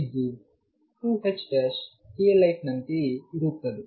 ಇದು 2ℏklight ನಂತೆಯೇ ಇರುತ್ತದೆ